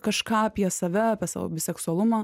kažką apie save apie savo biseksualumą